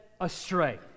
astray